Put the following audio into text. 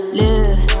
live